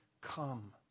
come